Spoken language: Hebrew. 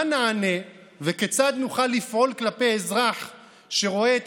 מה נענה וכיצד נוכל לפעול כלפי אזרח שרואה את